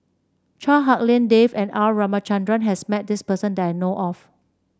Chua Hak Lien Dave and R Ramachandran has met this person that I know of